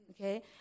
okay